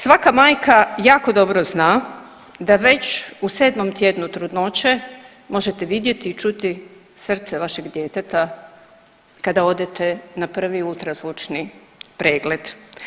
Svaka majka jako dobro zna da već u 7. tjednu trudnoće možete vidjeti i čuti srce vašeg djeteta kada odete na 1. ultrazvučni pregled.